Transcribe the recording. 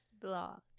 BLOG